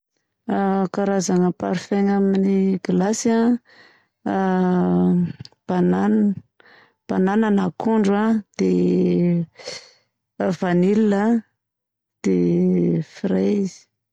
Karazagna parfum amin'ny glasy a: banane, banane na akondro a, dia vanille, dia fraise.